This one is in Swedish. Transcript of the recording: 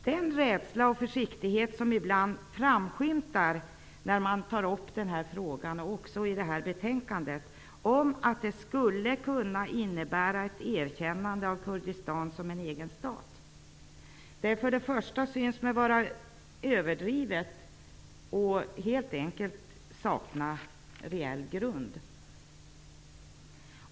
Den rädsla och försiktighet som ibland framskymtar -- också i detta betänkande -- när man tar upp frågan om att det skulle kunna innebära ett erkännande av Kurdistan som en egen stat, synes mig vara överdrivna och saknar reell grund.